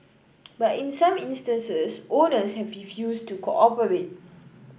but in some instances owners have refused to cooperate